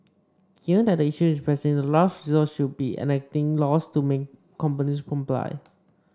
given that the issue is pressing the last resort would be enacting laws to make companies comply